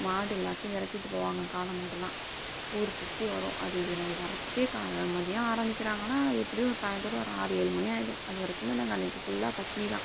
மாடு எல்லாத்தையும் விரட்டிட்டு போவாங்கள் காளை மாடெலாம் ஊர் சுற்றி வரும் அது வரதுக்கே கா மதியம் ஆரம்பிக்கிறாங்கன்னால் அது எப்படியும் ஒரு சாய்ந்தரம் ஒரு ஆறு ஏழு மணி ஆயிடும் அதுவரைக்குமே நாங்கள் அன்னைக்கு ஃபுல்லா பட்டினி தான்